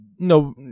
No